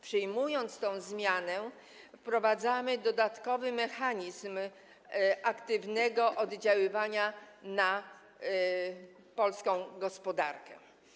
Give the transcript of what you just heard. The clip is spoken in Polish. Przyjmując tę zmianę, wprowadzamy dodatkowy mechanizm aktywnego oddziaływania na polską gospodarkę.